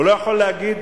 הוא לא יכול להגיד